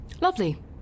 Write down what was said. Lovely